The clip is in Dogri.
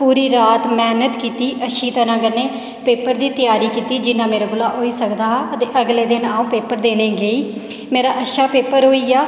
पूरी रात मेह्नत कीती अच्छी तरह कन्नै पेपर दी तैयारी कीती जिन्ना मेरे कोला होई सकदा हा ते अगले दिन अ'ऊं पेपर देने गी गेई मेरा अच्छा पेपर होई गेआ